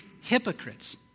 hypocrites